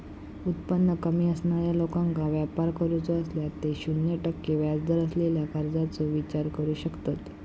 उत्पन्न कमी असणाऱ्या लोकांका व्यापार करूचो असल्यास ते शून्य टक्के व्याजदर असलेल्या कर्जाचो विचार करू शकतत